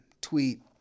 tweet